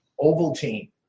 Ovaltine